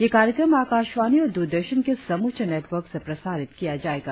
यह कार्यक्रम आकाशवाणी और दूरदर्शन के समूचे नेटवर्क से प्रसारित किया जायेगा